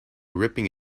ripping